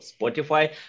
Spotify